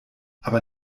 aber